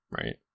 right